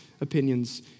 opinions